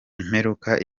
imperuka